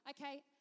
okay